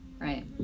right